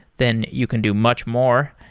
then you can do much more.